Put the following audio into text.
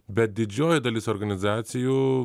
bet didžioji dalis organizacijų